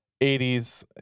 80s